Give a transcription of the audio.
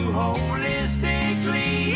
holistically